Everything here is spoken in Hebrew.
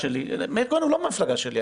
מאיר כהן לא מהמפלגה שלי,